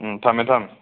ꯎꯝ ꯊꯝꯃꯦ ꯊꯝꯃꯦ